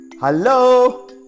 Hello